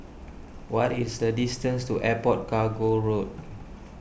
what is the distance to Airport Cargo Road